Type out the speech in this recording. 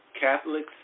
Catholics